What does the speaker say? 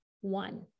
One